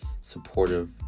supportive